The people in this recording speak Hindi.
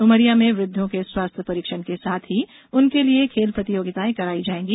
उमरिया में वृद्धों के स्वास्थ परीक्षण के साथ ही उनके लिए खेल प्रतियोगिताएं कराई जायेंगी